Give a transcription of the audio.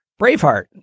Braveheart